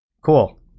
Cool